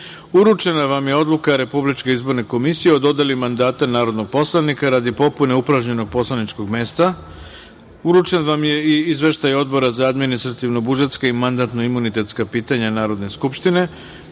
vam je odluka Republičke izborne komisije o dodeli mandata narodnog poslanika radi popune upražnjenog poslaničkog mesta. Uručen vam je i Izveštaj Odbora za administrativno-budžetska i mandatno-imunitetska pitanja Narodne skupštine,